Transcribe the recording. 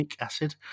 acid